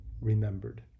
remembered